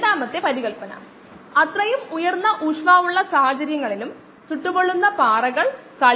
input minus ഔട്ട്പുട്ടിന്റെ നിരക്കും ഉൽപാദന നിരക്ക് മൈനസ് ഉപഭോഗനിരക്കും ആണ് നിരക്ക്